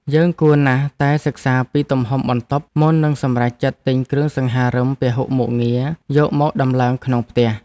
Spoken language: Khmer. យើងគួរណាស់តែសិក្សាពីទំហំបន្ទប់មុននឹងសម្រេចចិត្តទិញគ្រឿងសង្ហារិមពហុមុខងារយកមកដំឡើងក្នុងផ្ទះ។